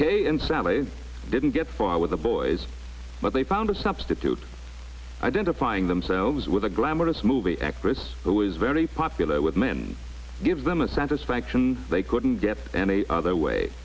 kay and sally didn't get far with the boys but they found a substitute identifying themselves with a glamorous movie actress always very popular with men give them a satisfaction they couldn't get any other way